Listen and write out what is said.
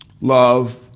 love